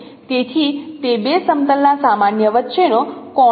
તેથી તે બે સમતલ ના સામાન્ય વચ્ચેનો કોણ છે